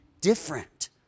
different